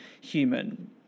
human